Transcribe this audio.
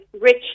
rich